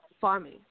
Farming